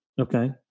Okay